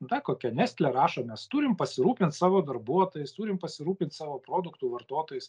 na kokia nestle rašo nes turim pasirūpint savo darbuotojais turim pasirūpint savo produktų vartotojais